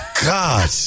God